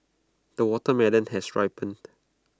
the watermelon has ripened